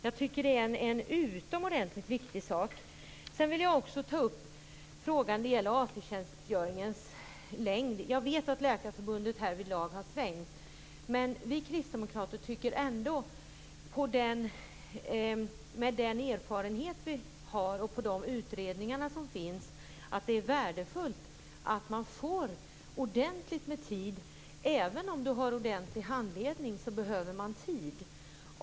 Jag tycker att detta är utomordentligt viktigt. Sedan vill jag ta upp frågan om AT tjänstgöringens längd. Jag vet att Läkarförbundet härvidlag har svängt, men vi kristdemokrater tycker ändå, utifrån den erfarenhet vi har och de utredningar som finns, att det är värdefullt att man får ordentligt med tid. Även om man har ordentlig handledning behöver man tid.